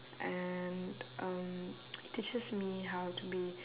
and um it teaches me how to be